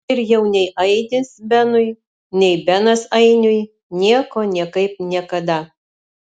ir jau nei ainis benui nei benas ainiui nieko niekaip niekada